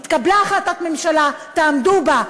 התקבלה החלטת ממשלה, תעמדו בה.